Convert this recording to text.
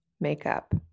makeup